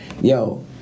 yo